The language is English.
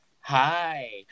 Hi